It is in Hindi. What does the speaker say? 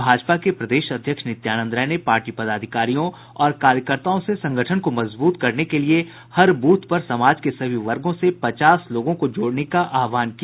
भाजपा के प्रदेश अध्यक्ष नित्यानंद राय ने पार्टी पदाधिकारियों और कार्यकर्ताओं से संगठन को मजबूत करने के लिए हर बूथ पर समाज के सभी वर्गों से पचास लोगों को जोड़ने का आहवान किया